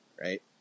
right